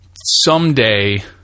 someday